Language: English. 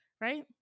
right